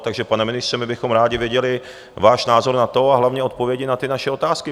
Takže pane ministře, my bychom rádi věděli váš názor na to a hlavně odpovědi na ty naše otázky.